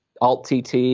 Alt-TT